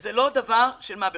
וזה לא דבר של מה בכך.